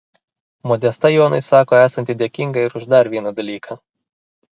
modesta jonui sako esanti dėkinga ir už dar vieną dalyką